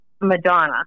Madonna